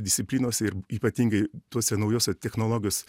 disciplinose ir ypatingai tuose naujose technologijos